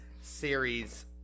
series